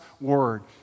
Word